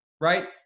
right